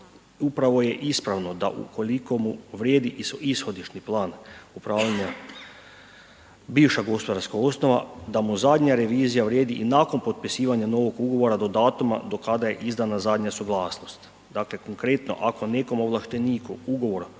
upravo je ispravno da ukoliko mu vrijedi ishodišni plan upravljanja bivša gospodarska osnova da mu zadnja revizija vrijedi i nakon potpisivanja novog ugovora do datuma do kada je izdana zadnja suglasnost. Dakle konkretno, ako nekom ovlašteniku ugovor